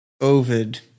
Ovid